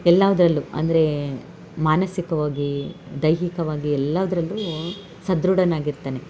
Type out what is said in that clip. ಎಲ್ಲದ್ರಲ್ಲೂ ಅಂದರೆ ಮಾನಸಿಕವಾಗಿ ದೈಹಿಕವಾಗಿ ಎಲ್ಲದ್ರಲ್ಲೂ ಸದೃಢನಾಗಿರ್ತಾನೆ